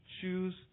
choose